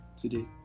today